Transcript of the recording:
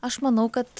aš manau kad